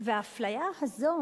האפליה הזאת